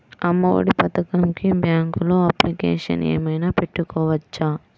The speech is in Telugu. అమ్మ ఒడి పథకంకి బ్యాంకులో అప్లికేషన్ ఏమైనా పెట్టుకోవచ్చా?